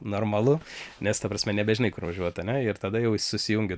normalu nes ta prasme nebežinai kur važiuot ane ir tada jau susijungi